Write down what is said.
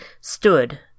stood